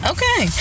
Okay